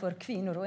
för kvinnor.